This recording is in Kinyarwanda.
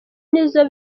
nizo